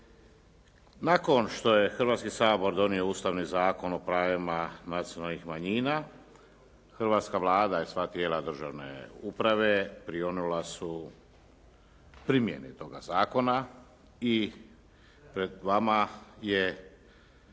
Nakon što je Hrvatski sabor donio Ustavni zakon o pravima nacionalnih manjina, hrvatska Vlada i sva tijela državne uprave prionula su primjeni toga zakona i pred vama je